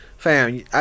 Fam